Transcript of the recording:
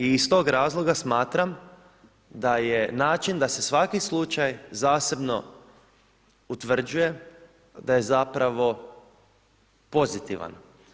I iz tog razloga smatram da je način da se svaki slučaj zasebno utvrđuje, da je zapravo pozitivan.